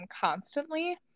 constantly